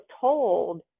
told